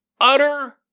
Utter